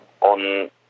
On